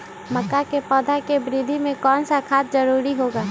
मक्का के पौधा के वृद्धि में कौन सा खाद जरूरी होगा?